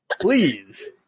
please